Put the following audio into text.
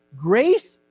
Grace